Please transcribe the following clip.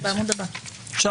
עכשיו,